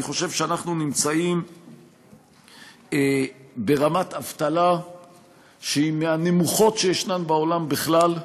אני חושב שאנחנו נמצאים ברמת אבטלה שהיא מהנמוכות שיש בעולם בכלל,